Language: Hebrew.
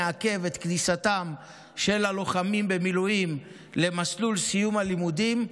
נעכב את כניסתם של הלוחמים במילואים למסלול סיום הלימודים,